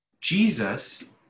Jesus